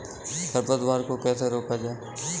खरपतवार को कैसे रोका जाए?